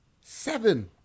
Seven